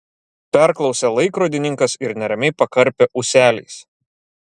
perklausė laikrodininkas ir neramiai pakarpė ūseliais